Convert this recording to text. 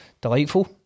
Delightful